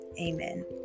amen